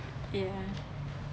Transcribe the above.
ya